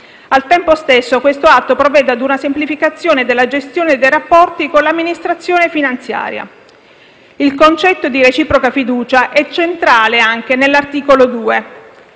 Al tempo stesso, questo atto provvede ad una semplificazione della gestione dei rapporti con l'amministrazione finanziaria. Il concetto di reciproca fiducia è centrale anche nell'articolo 2,